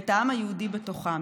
ואת העם היהודי בתוכה,